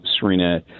Serena